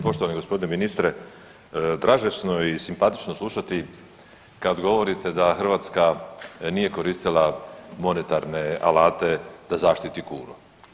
Poštovani gospodine ministre, dražesno je i simpatično slušati kad govorite da Hrvatska nije koristila monetarne alate da zaštiti kunu.